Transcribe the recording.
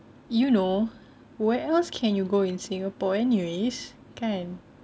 you know where else can you go in singapore anyways kan